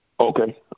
Okay